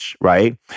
right